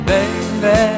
Baby